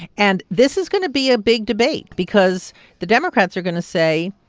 and this is going to be a big debate because the democrats are going to say,